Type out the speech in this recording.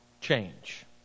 change